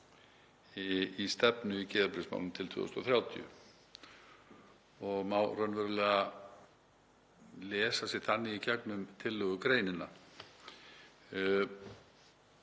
í stefnu í geðheilbrigðismálum til ársins 2030 og má raunverulega lesa sig þannig í gegnum tillögugreinina.